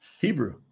Hebrew